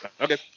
Okay